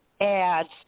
ads